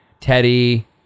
Teddy